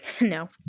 No